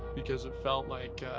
because it felt like, ah,